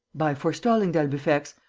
by forestalling d'albufex.